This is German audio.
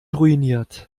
ruiniert